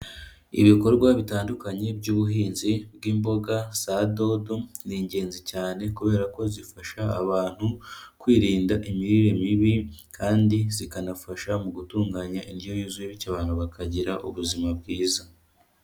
Ibikorwa bitandukanye by'ubuhinzi bw'imboga za dodo, ni ingenzi cyane kubera ko zifasha abantu kwirinda imirire mibi kandi zikanafasha mu gutunganya indyo yuzuye bityo abantu bakagira ubuzima bwiza.